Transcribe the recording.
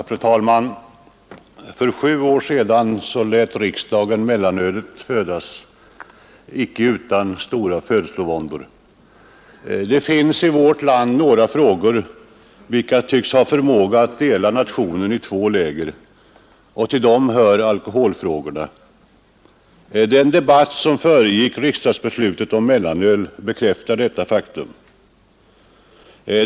Fru talman! För sju år sedan lät riksdagen mellanölet födas — icke utan stora födslovåndor. Det finns i vårt land några frågor, vilka tycks ha förmåga att dela nationen i två läger. Till dem hör alkoholfrågorna. Den debatt som föregick riksdagsbeslutet om mellanöl bekräftar detta faktum.